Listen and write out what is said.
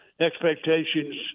expectations